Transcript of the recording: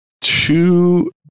Two